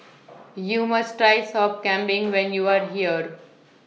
YOU must Try Sop Kambing when YOU Are here